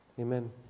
Amen